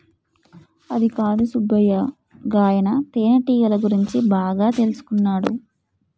అదికాదు సుబ్బయ్య గాయన తేనెటీగల గురించి బాగా తెల్సుకున్నాడు